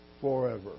forever